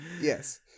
yes